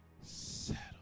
Settle